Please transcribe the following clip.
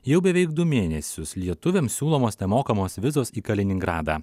jau beveik du mėnesius lietuviam siūlomos nemokamos vizos į kaliningradą